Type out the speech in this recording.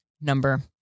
number